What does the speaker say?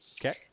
Okay